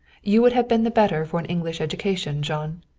you would have been the better for an english education, jean.